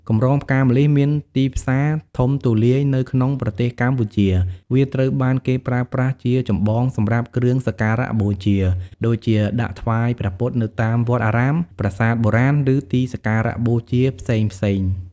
កម្រងផ្កាម្លិះមានទីផ្សារធំទូលាយនៅក្នុងប្រទេសកម្ពុជា វាត្រូវបានគេប្រើប្រាស់ជាចម្បងសម្រាប់គ្រឿងសក្ការបូជា ដូចជាដាក់ថ្វាយព្រះពុទ្ធនៅតាមវត្តអារាម ប្រាសាទបុរាណ ឬទីសក្ការៈបូជាផ្សេងៗ។